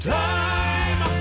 time